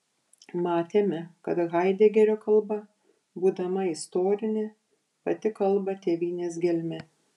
matėme kad haidegerio kalba būdama istorinė pati kalba tėvynės gelme